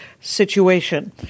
situation